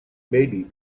maybe